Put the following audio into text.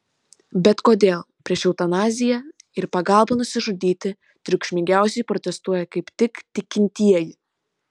bet kodėl prieš eutanaziją ir pagalbą nusižudyti triukšmingiausiai protestuoja kaip tik tikintieji